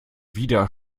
wieder